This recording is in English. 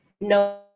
no